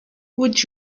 would